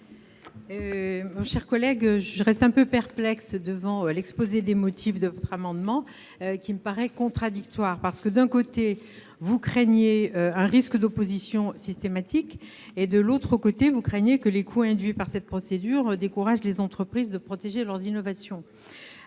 Mon cher collègue, je reste un peu perplexe devant l'exposé des motifs de votre amendement, qui me paraît contradictoire. En effet, vous craignez un risque d'opposition systématique tout en redoutant que les coûts induits par cette procédure ne découragent les entreprises de protéger leurs innovations.